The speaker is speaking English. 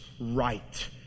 right